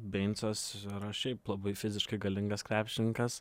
beincas yra šiaip labai fiziškai galingas krepšininkas